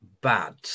bad